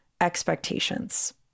expectations